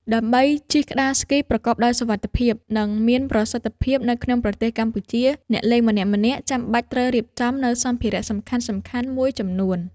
ដើម្បីជិះក្ដារស្គីប្រកបដោយសុវត្ថិភាព និងមានប្រសិទ្ធភាពនៅក្នុងប្រទេសកម្ពុជា អ្នកលេងម្នាក់ៗចាំបាច់ត្រូវរៀបចំនូវសម្ភារៈសំខាន់ៗមួយចំនួន។